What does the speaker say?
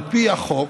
על פי החוק,